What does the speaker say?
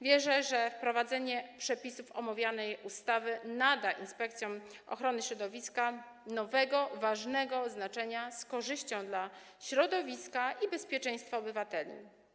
Wierzę, że wprowadzenie przepisów omawianej ustawy nada inspekcjom ochrony środowiska nowe, ważne znaczenie, z korzyścią dla środowiska i bezpieczeństwa obywateli.